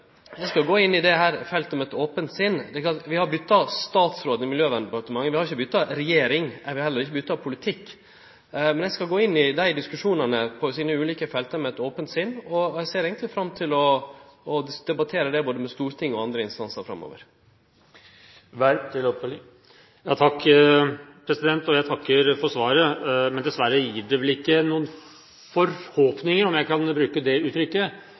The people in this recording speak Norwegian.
eg skal gå inn i dette feltet med eit ope sinn. Vi har bytta statsråd i Miljøverndepartementet, men vi har ikkje bytta regjering, og vi har heller ikkje bytta politikk. Men eg skal gå inn i dei diskusjonane på ulike felt med eit ope sinn, og eg ser eigentleg fram til å debattere det både med Stortinget og andre instansar framover. Jeg takker for svaret, men dessverre gir det vel ikke noen forhåpninger, om jeg kan bruke det uttrykket,